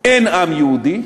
אין עם יהודי,